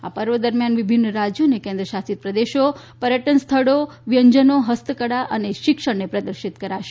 આ પર્વ દરમ્યાન વિભિન્ન રાજ્યો અને કેન્રશાસિત પ્રદેશો પર્યટન સ્થળો વ્યંજનો હસ્તકળા અ શિક્ષણને પ્રદર્શિત કરાશે